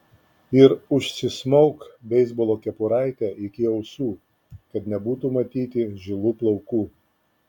ir užsismauk beisbolo kepuraitę iki ausų kad nebūtų matyti žilų plaukų